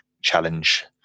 challenge